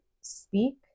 speak